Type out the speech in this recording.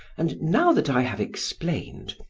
and now that i have explained,